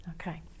Okay